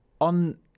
on